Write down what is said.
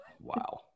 Wow